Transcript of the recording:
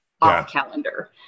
off-calendar